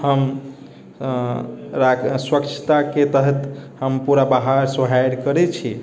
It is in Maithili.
हम स्वच्छताके तहत हम पूरा बहारि सोहारि करैत छी